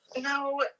No